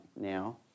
now